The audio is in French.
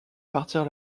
partir